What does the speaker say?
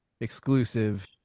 exclusive